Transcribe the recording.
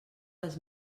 les